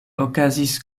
okazis